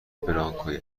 برانکوی